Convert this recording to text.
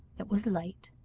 it was light,